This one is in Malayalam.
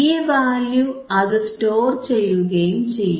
ഈ വാല്യൂ അത് സ്റ്റോർ ചെയ്യുകയും ചെയ്യും